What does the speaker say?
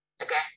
again